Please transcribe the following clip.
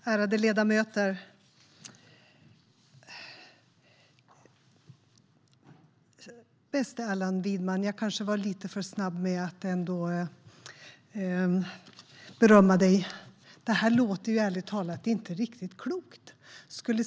Herr talman! Ärade ledamöter! Jag kanske var lite för snabb med att berömma dig, bäste Allan Widman. Detta låter ärligt talat inte riktigt klokt.